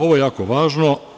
Ovo je jako važno.